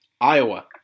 Iowa